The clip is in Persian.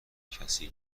کسی